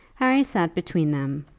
harry sat between them,